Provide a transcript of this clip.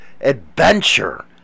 Adventure